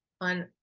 on